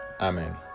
amen